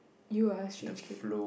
you are a strange kid